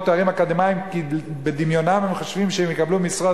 לתארים אקדמיים כי בדמיונם הם חושבים שהם יקבלו משרות,